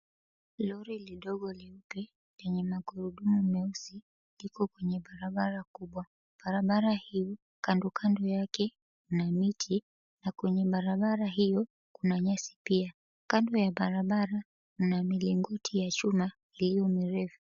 Lori lidogo leupe lenye magurudumu meusi liko kwenye barabara kubwa. Barabara hii, kando kando yake kuna miti na kwenye barabara hiyo kuna nyasi pia. Kando ya barabara kuna milingoti ya chuma iliyo mirefu.